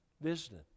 visiting